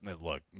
look